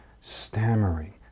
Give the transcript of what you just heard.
stammering